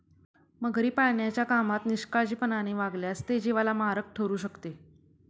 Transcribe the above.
मगरी पाळण्याच्या कामात निष्काळजीपणाने वागल्यास ते जीवाला मारक ठरू शकते